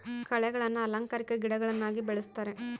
ಕಳೆಗಳನ್ನ ಅಲಂಕಾರಿಕ ಗಿಡಗಳನ್ನಾಗಿ ಬೆಳಿಸ್ತರೆ